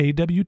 AWT